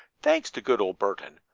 thanks to good old burton,